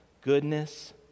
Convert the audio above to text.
goodness